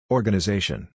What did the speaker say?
Organization